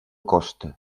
costa